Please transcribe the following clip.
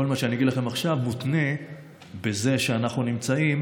כל מה שאני אגיד לכם עכשיו מותנה בזה שאנחנו נמצאים